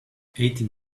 eighteen